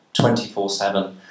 24-7